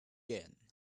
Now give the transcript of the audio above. yen